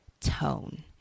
tone